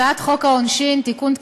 הצעת חוק העונשין (תיקון,